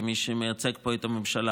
כמי שמייצג פה את הממשלה.